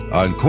on